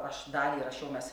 aš dalį rašau mes